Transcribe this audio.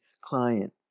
client